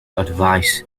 advice